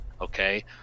okay